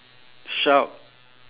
shout